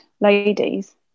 ladies